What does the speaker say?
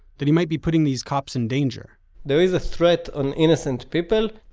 that he might be putting these cops in danger there is a threat on innocent people,